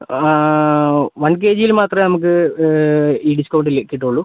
one K ജിയിൽ മാത്രമേ നമുക്ക് ഈ ഡിസ്ക്കൗണ്ടിൽ കിട്ടൂള്ളൂ